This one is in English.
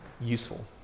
useful